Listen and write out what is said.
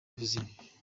ubuzima